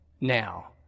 now